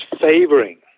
favoring